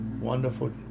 Wonderful